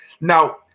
Now